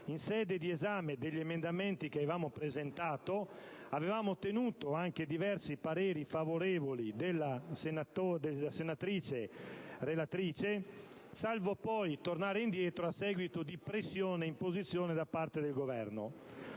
in sede di esame degli emendamenti che avevamo presentato avevamo ottenuto diversi pareri favorevoli della relatrice, salvo poi tornare indietro a seguito di pressione e imposizione da parte del Governo.